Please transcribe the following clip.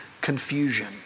confusion